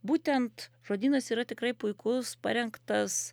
būtent žodynas yra tikrai puikus parengtas